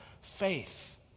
faith